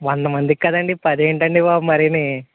వంద మందికి కదండీ పదేంటండి బాబు మరీని